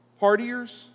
partiers